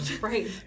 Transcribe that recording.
Right